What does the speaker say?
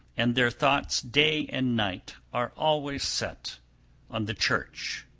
and their thoughts day and night are always set on the church.